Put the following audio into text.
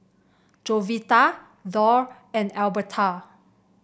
Jovita Dorr and Elberta